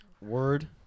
Word